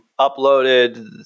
uploaded